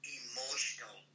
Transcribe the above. emotional